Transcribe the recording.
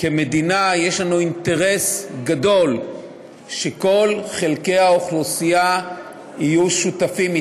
כמדינה יש לנו אינטרס גדול שכל חלקי האוכלוסייה יהיו שותפים,